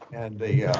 and the,